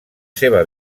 seva